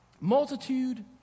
Multitude